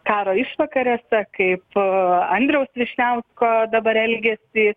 karo išvakarėse kaip andriaus vyšniausko dabar elgesįi